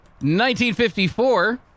1954